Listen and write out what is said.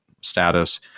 status